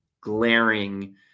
glaring